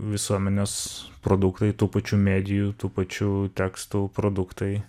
visuomenės produktai tų pačių medijų tų pačių tekstų produktai